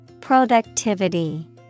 Productivity